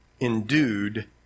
endued